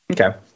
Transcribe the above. Okay